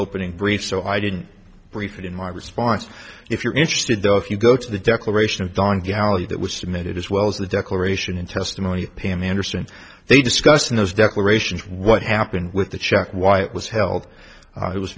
opening brief so i didn't brief it in my response if you're interested though if you go to the declaration of dawn galley that was submitted as well as the declaration in testimony pam anderson they discussed in those declarations what happened with the check why it was held it was